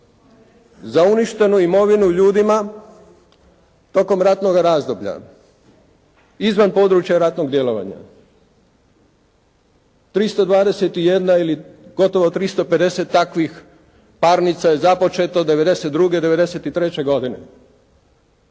za uništenu imovinu ljudima tokom ratnog razdoblja izvan područja ratnog djelovanja. 321 ili gotovo 350 takvih parnica je započeto '92. i '93. godine.